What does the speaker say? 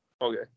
Okay